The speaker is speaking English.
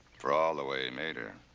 for all the way he made her.